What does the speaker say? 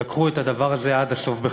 הביאו את הדבר הזה בחשבון עד הסוף.